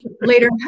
later